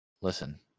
Listen